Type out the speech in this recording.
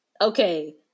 okay